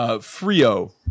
Frio